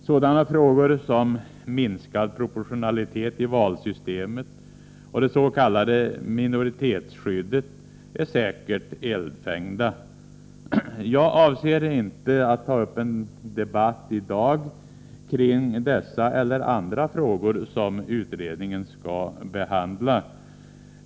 Sådana frågor som minskad proportionalitet i valsystemet och det s.k. minoritetsskyddet är säkert eldfängda. Jag avser inte att ta upp en debatt i dag kring dessa eller andra frågor som utredningen skall behandla.